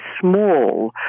small